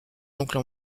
oncle